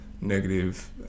negative